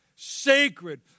sacred